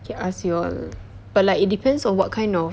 so ask you all but like it depends on what kind of